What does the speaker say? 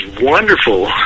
wonderful